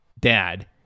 dad